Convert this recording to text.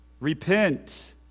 Repent